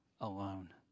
alone